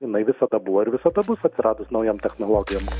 jinai visada buvo ir visada bus atsiradus naujom technologijom